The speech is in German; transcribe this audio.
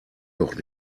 doch